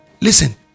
Listen